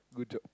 good job